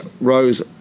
rose